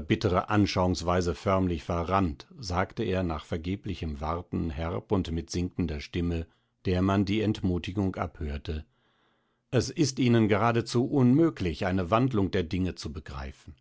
bittere anschauungsweise förmlich verrannt sagte er nach vergeblichem warten herb und mit sinkender stimme der man die entmutigung abhörte es ist ihnen geradezu unmöglich eine wandlung der dinge zu begreifen